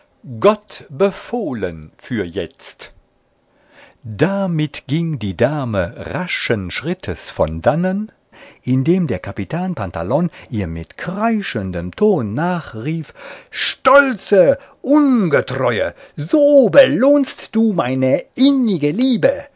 gott befohlen für jetzt damit ging die dame rasches schrittes von dannen indem der capitan pantalon ihr mit kreischendem ton nachrief stolze ungetreue so belohnst du meine innige liebe